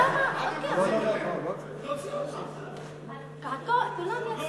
הוא עוד לא הוציא אותה אפילו, מה אתם קופצים עליה?